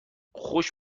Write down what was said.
خوش